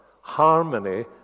harmony